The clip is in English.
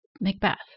Macbeth